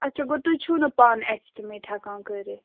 اچھا گوٚو تُہۍ چھُو نہٕ پانہٕ اٮ۪سٹِمیٹ ہٮ۪کان کٔرِتھ